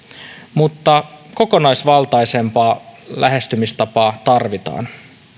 mutta kokonaisvaltaisempaa lähestymistapaa tarvitaan